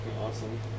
awesome